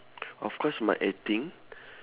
of course my acting